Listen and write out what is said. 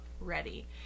ready